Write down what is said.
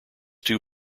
two